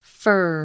fur